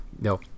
No